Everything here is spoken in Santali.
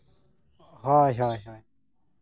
ᱦᱳᱭ ᱦᱳᱭ